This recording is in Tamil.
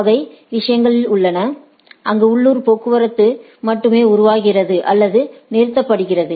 வகை விஷயங்கள் உள்ளன அங்கு உள்ளூர் போக்குவரத்து மட்டுமே உருவாகிறது அல்லது நிறுத்தப்படுகிறது